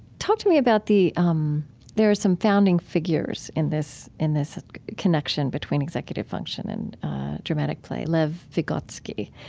talk to me about the um there are some founding figures in this in this connection between executive function and dramatic play. lev vygotsky,